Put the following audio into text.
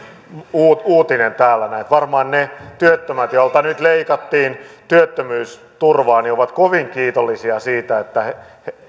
uutinen täällä näin varmaan ne työttömät joilta nyt leikattiin työttömyysturvaa ovat kovin kiitollisia siitä että